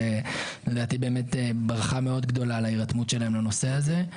לדעתי באמת ברכה מאוד גדולה על ההירתמות שלהם לנושא הזה.